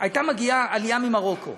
הייתה מגיעה עלייה ממרוקו